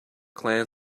clan